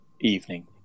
evening